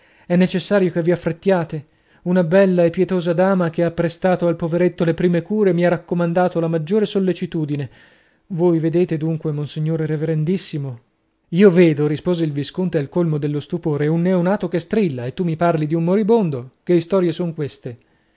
è necessario che vi affrettiate una bella e pietosa dama che ha prestato al poveretto le prime cure mi ha raccomandato la maggior sollecitudine voi vedete dunque monsignore reverendissimo io vedo rispose il visconte al colmo dello stupore un neonato che strilla e tu mi parli di un moribondo che istorie son queste